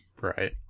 Right